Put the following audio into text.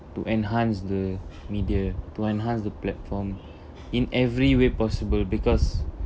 to enhance the media to enhance the platform in every way possible because